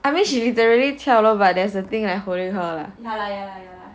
I mean she literally 跳楼 but there's a thing like holding her